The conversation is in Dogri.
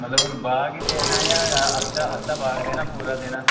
मतलब हून बाग देना जां अद्धा अद्धा बाग देना जां पूरा देना